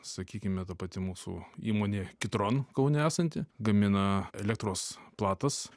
sakykime ta pati mūsų įmonė kitron kaune esanti gamina elektros platas